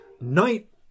night